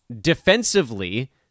defensively